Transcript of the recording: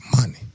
money